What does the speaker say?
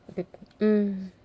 mm